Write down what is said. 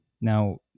Now